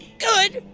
good.